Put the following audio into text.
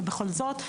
ובכל זאת,